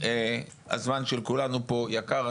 הזמן של כולנו פה הוא יקר.